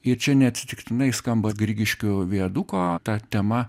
ir čia neatsitiktinai skamba grigiškių viaduko ta tema